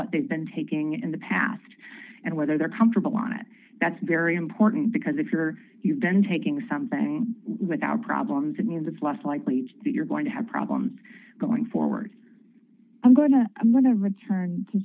what they've been taking in the past and whether they're comfortable on it that's very important because if you're you've been taking something without problems it means it's less likely that you're going to have problems going forward i'm going to i'm going to return